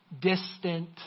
distant